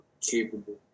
Capable